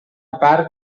part